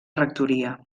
rectoria